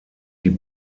die